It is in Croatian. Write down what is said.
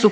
su